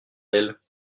elles